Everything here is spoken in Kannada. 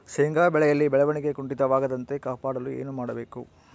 ಶೇಂಗಾ ಬೆಳೆಯಲ್ಲಿ ಬೆಳವಣಿಗೆ ಕುಂಠಿತವಾಗದಂತೆ ಕಾಪಾಡಲು ಏನು ಮಾಡಬೇಕು?